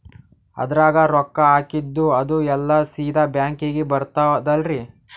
ಅದ್ರಗ ರೊಕ್ಕ ಹಾಕಿದ್ದು ಅದು ಎಲ್ಲಾ ಸೀದಾ ಬ್ಯಾಂಕಿಗಿ ಬರ್ತದಲ್ರಿ?